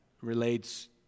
relates